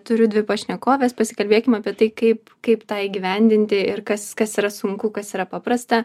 turiu dvi pašnekoves pasikalbėkim apie tai kaip kaip tą įgyvendinti ir kas kas yra sunku kas yra paprasta